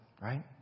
Right